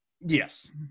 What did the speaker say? Yes